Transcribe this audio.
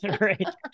Right